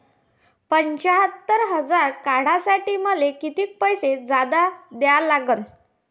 पंच्यात्तर हजार काढासाठी मले कितीक पैसे जादा द्या लागन?